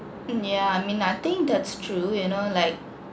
mm yeah I mean I think that's true you know like